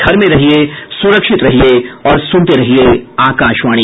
घर में रहिये सुरक्षित रहिये और सुनते रहिये आकाशवाणी